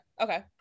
okay